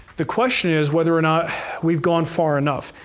the question is, whether or not we've gone far enough.